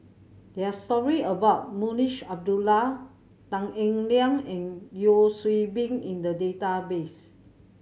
there are story about Munshi Abdullah Tan Eng Liang and Yeo Hwee Bin in the database